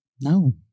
No